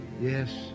Yes